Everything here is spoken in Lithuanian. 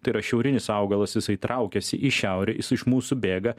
tai yra šiaurinis augalas jisai traukiasi į šiaurę jis iš mūsų bėga